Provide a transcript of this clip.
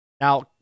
Now